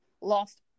lost